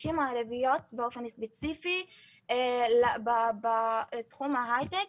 הנשים הערביות באופן ספציפי בתחום ההייטק.